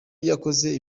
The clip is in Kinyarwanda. yakoze